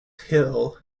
hill